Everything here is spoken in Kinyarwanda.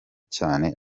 cyane